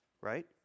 right